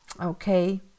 Okay